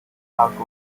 park